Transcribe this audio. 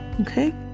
okay